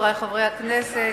חברי חברי הכנסת,